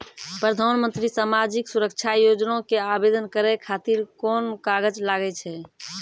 प्रधानमंत्री समाजिक सुरक्षा योजना के आवेदन करै खातिर कोन कागज लागै छै?